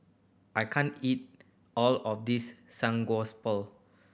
I can't eat all of this